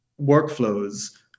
workflows